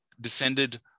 descended